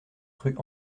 rue